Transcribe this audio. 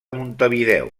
montevideo